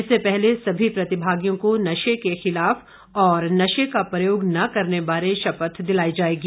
इससे पहले सभी प्रतिभागियों को नशे के खिलाफ और नशे का प्रयोग न करने बारे शपथ दिलाई जाएगी